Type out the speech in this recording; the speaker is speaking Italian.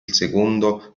secondo